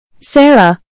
Sarah